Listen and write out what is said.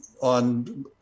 on